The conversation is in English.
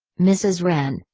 mrs. wren,